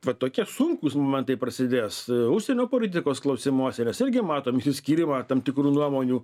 va tokie sunkūs momentai prasidės užsienio politikos klausimuose mes irgi matom išsiskyrimą tam tikrų nuomonių